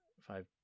five